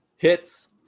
Hits